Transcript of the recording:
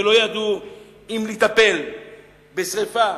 ולא ידעו אם לטפל בשרפה,